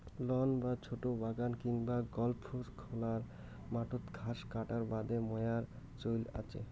loan বা ছোট বাগান কিংবা গল্ফ খেলার মাঠত ঘাস কাটার বাদে মোয়ার চইল আচে